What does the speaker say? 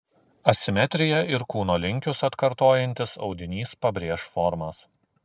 asimetrija ir kūno linkius atkartojantis audinys pabrėš formas